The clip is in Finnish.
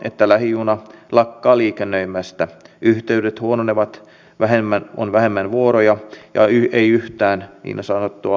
tämän jälkeen välikysymyksestä ilmoittamisen jälkeen stubb nöyrtyi pyytämään anteeksi eduskunnan edessä ei sanonut vain sori siitä